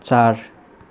चार